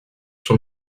son